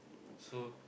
so